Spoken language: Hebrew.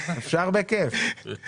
בהצעת החוק כתוב שזה לעיתים נעשה מתוך